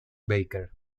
baker